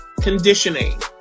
conditioning